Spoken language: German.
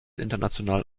international